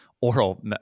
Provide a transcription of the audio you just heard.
oral